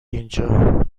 اینجا